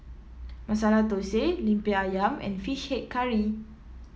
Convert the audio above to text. Masala Thosai lemper ayam and fish head curry